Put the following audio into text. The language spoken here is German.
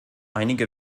einige